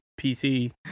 PC